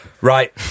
Right